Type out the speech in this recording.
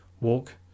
walk